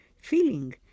feeling